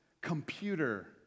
computer